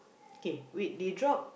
kay wait they drop